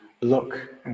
look